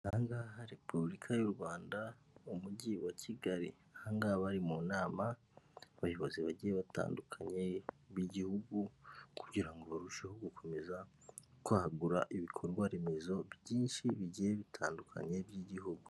Aha ngaha Repubulika y'u Rwanda, umujyi wa Kigali, aha ngaha bari mu nama, abayobozi bagiye batandukanye b'igihugu, kugira ngo barusheho gukomeza kwagura ibikorwa remezo byinshi bigiye bitandukanye, by'igihugu.